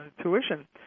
tuition